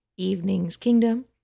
eveningskingdom